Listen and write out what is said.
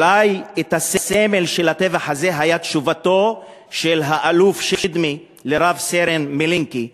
אולי הסמל של הטבח הזה היה תשובתו של האלוף שדמי לרב-סרן מלינקי,